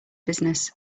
business